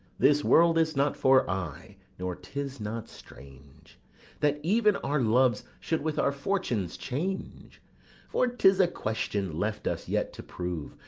this world is not for aye nor tis not strange that even our loves should with our fortunes change for tis a question left us yet to prove,